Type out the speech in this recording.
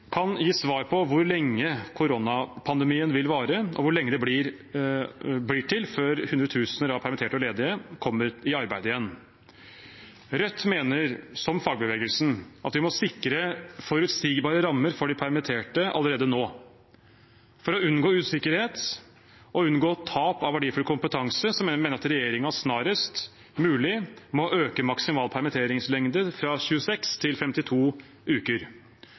kan gi svar på hvor lenge koronapandemien vil vare, og hvor lenge det blir til hundretusener av permitterte og ledige kommer i arbeid igjen. Rødt mener, som fagbevegelsen, at vi må sikre forutsigbare rammer for de permitterte allerede nå. For å unngå usikkerhet og unngå tap av verdifull kompetanse mener jeg at regjeringen snarest mulig må øke maksimal permitteringslengde fra 26 til 52 uker.